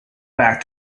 back